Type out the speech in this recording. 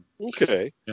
okay